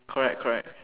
correct correct